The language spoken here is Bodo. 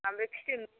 ओमफ्राय फिथोब